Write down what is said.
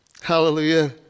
Hallelujah